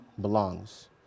belongs